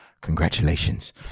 Congratulations